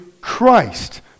Christ